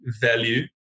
value